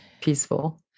peaceful